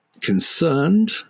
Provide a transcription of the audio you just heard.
concerned